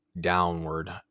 downward